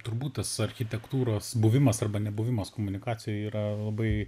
turbūt tas architektūros buvimas arba nebuvimas komunikacijoj yra labai